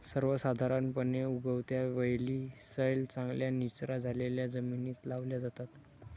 सर्वसाधारणपणे, उगवत्या वेली सैल, चांगल्या निचरा झालेल्या जमिनीत लावल्या जातात